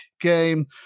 game